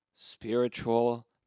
spiritual